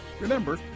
Remember